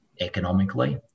economically